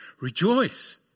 Rejoice